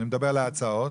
אני מדבר על ההצעות.